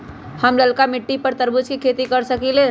हम लालका मिट्टी पर तरबूज के खेती कर सकीले?